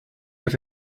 have